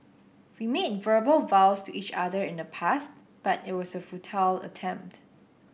we made verbal vows to each other in the past but it was a futile attempt